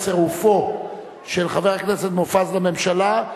אם הכנסת תאשר את צירופו של חבר הכנסת מופז לממשלה,